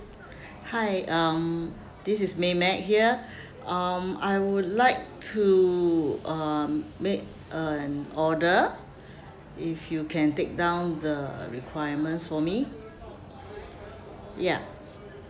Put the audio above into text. hi um this is mayme here um I would like to um make an order if you can take down the requirements for me ya